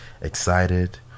excited